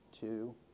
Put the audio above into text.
two